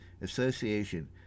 Association